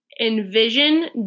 Envision